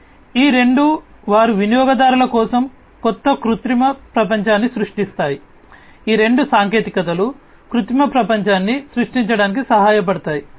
కాబట్టి ఈ రెండూ వారు వినియోగదారుల కోసం కొత్త కృత్రిమ ప్రపంచాన్ని సృష్టిస్తాయి ఈ రెండు సాంకేతికతలు ఈ కృత్రిమ ప్రపంచాన్ని సృష్టించడానికి సహాయపడతాయి